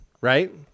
Right